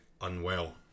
unwell